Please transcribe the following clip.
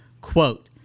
quote